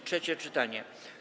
Trzecie czytanie.